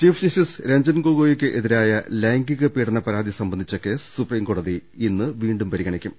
chief justice Ranjan ഗൊഗോയിക്കെതിരായ ലൈംഗിക പീഡന പരാതി സംബന്ധിച്ച കേസ് സുപ്രീംകോടതി ഇന്ന് വീണ്ടും പരിഗണി ക്കും